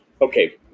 Okay